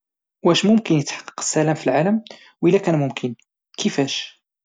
واش ممكن اتحقق السلام في العالم؟ والى كان ممكن كفاش؟